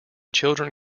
children